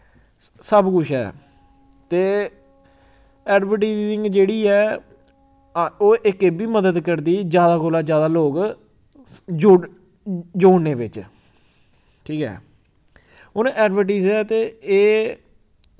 सब कुछ ऐ ते एडवरटीजिंग जेह्ड़ी ऐ हां ओह् इक एह् बी मदद करदी ज्यादा कोला ज्यादा लोक जुड़न जोड़ने बिच्च ठीक ऐ हून एडवरटीज ऐ ते एह्